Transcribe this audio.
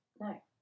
no